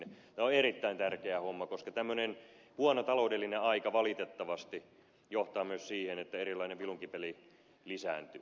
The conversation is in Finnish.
tämä on erittäin tärkeä homma koska tämmöinen huono taloudellinen aika valitettavasti johtaa myös siihen että erilainen vilunkipeli lisääntyy